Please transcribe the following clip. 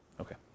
Okay